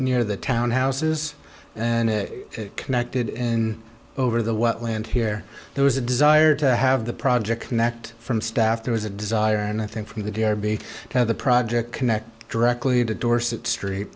near the town houses and connected in over the wetland here there was a desire to have the project connect from staff there was a desire and i think from the g r b of the project connect directly to dorset street